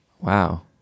Wow